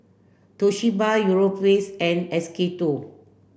Toshiba Europace and S K two